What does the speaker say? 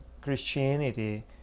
Christianity